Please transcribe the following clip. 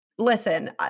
Listen